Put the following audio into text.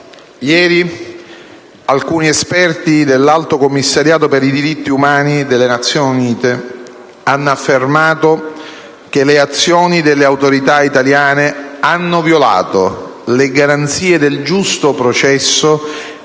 ieri alcuni esperti dell'Alto commissariato per i diritti umani delle Nazioni Unite hanno affermato che le azioni delle autorità italiane hanno violato le garanzie del giusto processo e